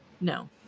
No